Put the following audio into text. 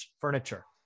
Furniture